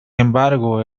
embargo